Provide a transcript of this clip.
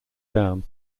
down